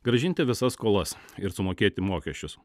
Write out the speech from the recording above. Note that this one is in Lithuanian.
grąžinti visas skolas ir sumokėti mokesčius